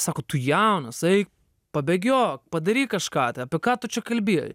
sako tu jaunas eik pabėgiok padaryk kažką tai apie ką tu čia kalbi